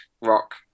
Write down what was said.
rock